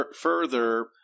Further